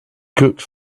cooks